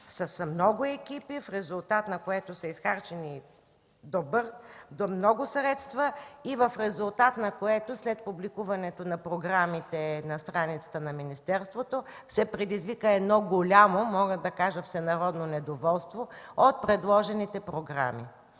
с много екипи, в резултат на което са изхарчени много средства и в резултат на което след публикуването на програмите на страницата на министерството, се предизвика едно голямо, мога да кажа, всенародно недоволство от предложените програми,